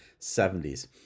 70s